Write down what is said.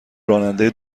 راننده